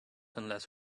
unless